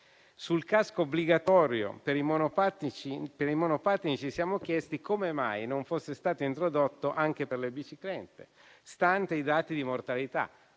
sul casco obbligatorio per i monopattini ci siamo chiesti come mai non fosse stato introdotto anche per le biciclette, stante i dati di mortalità